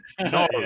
No